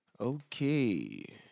Okay